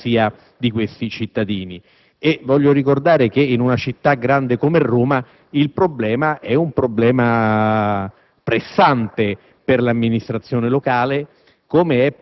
a garanzia di questi cittadini. Voglio ricordare che in una città grande come Roma il problema è pressante per l'amministrazione locale,